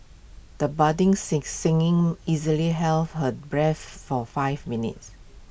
the budding singer singing easily held her breath for five minutes